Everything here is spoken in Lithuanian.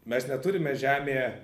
mes neturime žemėje